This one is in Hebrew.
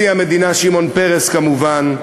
נשיא המדינה שמעון פרס כמובן,